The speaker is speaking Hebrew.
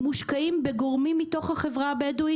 מושקעים בגורמים מתוך החברה הבדווית,